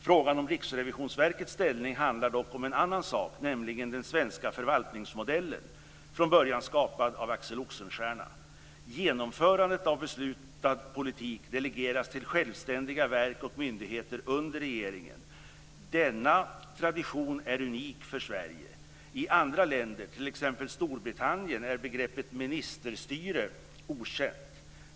Frågan om Riksrevisionsverkets ställning handlar dock om en annan sak, nämligen den svenska förvaltningsmodellen, från början skapad av Axel Oxenstierna. Genomförandet av beslutad politik delegeras till självständiga verk och myndigheter under regeringen. Denna tradition är unik för Sverige. I andra länder, t.ex. Storbritannien, är begreppet ministerstyre okänt.